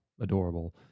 adorable